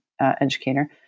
educator